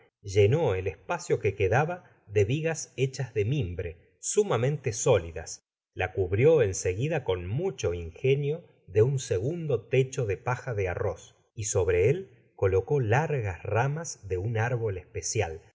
llenó el espacio que quedaba de vigas hechas de mimbre sumamente sólidas la cubrió en seguida con mucho ingenio de un segundo techo de paja de arroz y sobre él content from google book search generated at colocó largas ramas de un árbol especial